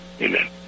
Amen